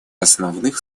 основных